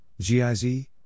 GIZ